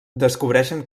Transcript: descobreixen